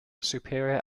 superior